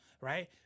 right